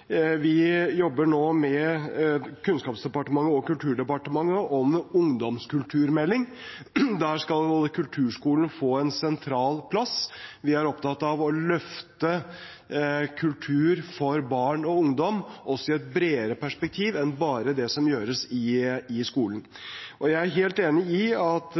Kunnskapsdepartementet og Kulturdepartementet – jobber nå med en ungdomskulturmelding. Der skal kulturskolen få en sentral plass. Vi er opptatt av å løfte kultur for barn og ungdom også i et bredere perspektiv enn bare det som gjøres i skolen. Jeg er helt enig i at